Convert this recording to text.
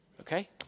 Okay